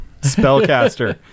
spellcaster